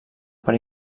per